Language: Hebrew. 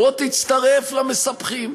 בוא תצטרף למספחים.